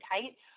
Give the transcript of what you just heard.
tight